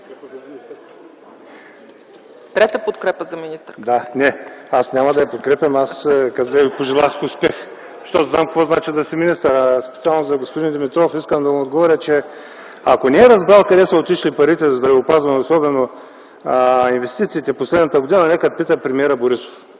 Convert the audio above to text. Трета подкрепа за министърката? ЕВГЕНИЙ ЖЕЛЕВ (КБ): Не, аз няма да я подкрепям, аз ще й пожелая успех, защото зная какво значи да си министър. Специално към господин Димитров – искам да му отговоря, че ако не е разбрал къде са отишли парите за здравеопазването, особено инвестициите през последната година, нека да попита премиера Борисов.